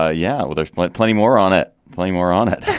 ah yeah, well, there's plenty plenty more on it. plenty more on it.